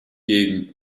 gegen